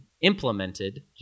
implemented